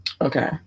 Okay